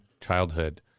childhood